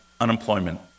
unemployment